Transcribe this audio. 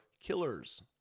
killers